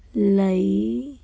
ਲਈ